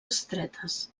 estretes